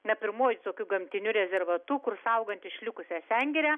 na pirmuoju tokiu gamtiniu rezervatu kur saugant išlikusią sengirę